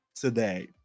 today